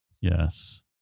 yes